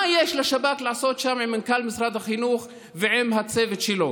מה יש לשב"כ לעשות שם עם מנכ"ל משרד החינוך ועם הצוות שלו?